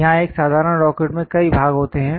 यहाँ एक साधारण रॉकेट में कई भाग होते हैं